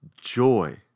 joy